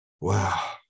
Wow